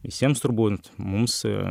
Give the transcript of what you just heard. visiems turbūt mums